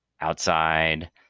outside